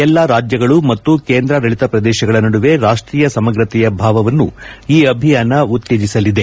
ಎಲ್ಲಾ ರಾಜ್ಯಗಳು ಮತ್ತು ಕೇಂದ್ರಾಡಳಿತ ಪ್ರದೇಶಗಳ ನಡುವೆ ರಾಷ್ಷೀಯ ಸಮಗ್ರತೆಯ ಭಾವವನ್ನು ಈ ಅಭಿಯಾನ ಉತ್ತೇಜಸಲಿದೆ